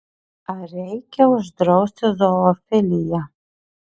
ar reikia uždrausti zoofiliją